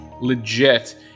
legit